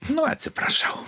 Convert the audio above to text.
nu atsiprašau